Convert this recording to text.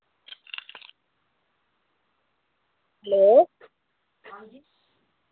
hello